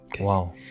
Wow